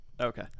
Okay